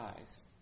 eyes